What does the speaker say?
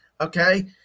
okay